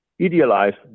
idealized